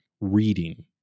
reading